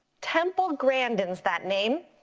temple grandin's that name,